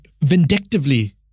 vindictively